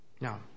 Now